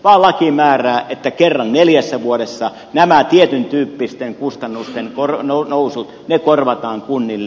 laki määrää että kerran neljässä vuodessa nämä tietyntyyppisten kustannusten nousut korvataan kunnille